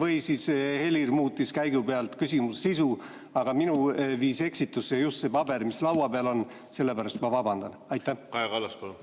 muutis Helir käigu pealt küsimuse sisu. Mind viis eksitusse just see paber, mis laua peal on. Sellepärast ma vabandan. Kaja